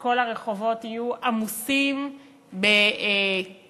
כשכל הרחובות יהיו עמוסים במלט